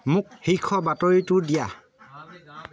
মোক শীৰ্ষ বাতৰিটো দিয়া